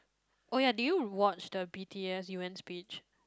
oh ya did you watch the B_T_S-U_N speech